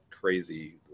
crazy